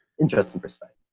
interesting perspective.